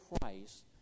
Christ